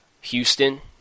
Houston